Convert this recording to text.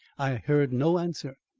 i heard no answer,